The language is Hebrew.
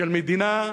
של מדינה,